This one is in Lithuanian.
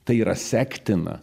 tai yra sektina